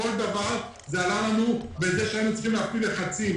כל דבר עלה לנו בכך שהיינו צריכים להפעיל לחצים.